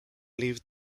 leave